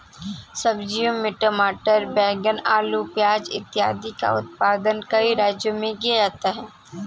सब्जियों में टमाटर, बैंगन, आलू, प्याज इत्यादि का उत्पादन कई राज्यों में किया जाता है